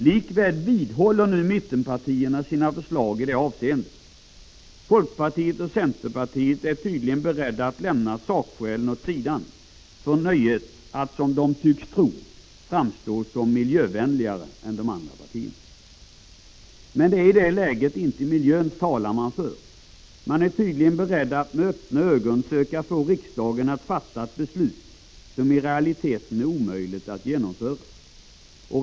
Likväl vidhåller mittenpartierna sina förslag i det avseendet. Folkpartiet och centerpartiet är tydligen beredda att lämna sakskälen åt sidan för nöjet att, som de tycks tro, framstå som miljövänligare än de andra partierna. Men det är i det läget inte miljöns talan som man för. Man är tydligen beredd att med öppna ögon söka få riksdagen att fatta ett beslut som i realiteten är omöjligt att genomföra.